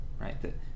Right